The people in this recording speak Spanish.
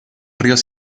ríos